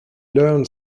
learned